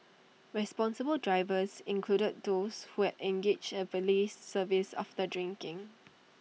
responsible drivers included those who had engaged A valet service after drinking